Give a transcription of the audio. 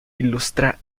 ilustra